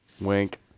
Wink